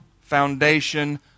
foundation